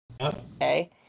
okay